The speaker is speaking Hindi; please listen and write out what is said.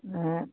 हैं